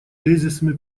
тезисами